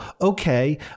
okay